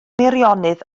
meirionnydd